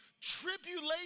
Tribulation